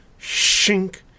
shink